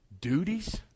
Duties